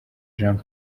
jean